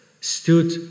stood